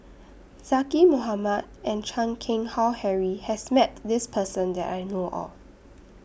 Zaqy Mohamad and Chan Keng Howe Harry has Met This Person that I know of